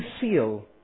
seal